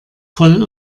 voll